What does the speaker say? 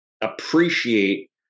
appreciate